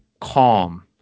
calm